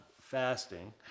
fasting